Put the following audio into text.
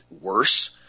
worse